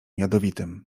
jadowitym